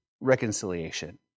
reconciliation